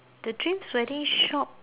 the dreams wedding shop